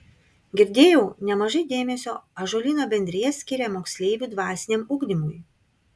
girdėjau nemažai dėmesio ąžuolyno bendrija skiria moksleivių dvasiniam ugdymui